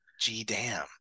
g-damn